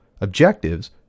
objectives